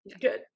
Good